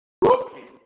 broken